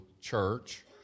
Church